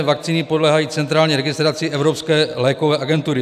Vakcíny podléhají centrální registraci Evropské lékové agentury.